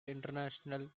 international